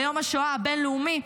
ביום השואה הבין-לאומי,